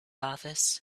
office